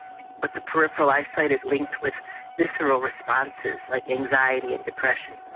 but the peripheral eyesight is linked with visceral responses like anxiety and depression.